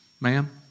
Ma'am